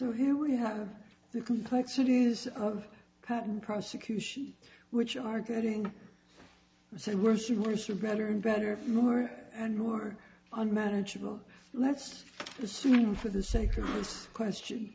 so here we have the complexities of patent prosecution which are getting worse and worse or better and better more and more unmanageable let's assume for the sake of this question